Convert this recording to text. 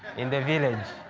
in the village,